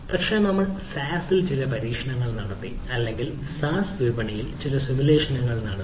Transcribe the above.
പക്ഷേ നമ്മൾ SaaS ൽ ചില പരീക്ഷണങ്ങൾ നടത്തി അല്ലെങ്കിൽ SaaS വിപണിയിൽ ചില സിമുലേഷനുകൾ നടത്തി